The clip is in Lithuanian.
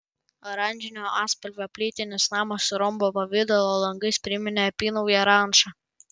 oranžinio atspalvio plytinis namas su rombo pavidalo langais priminė apynauję rančą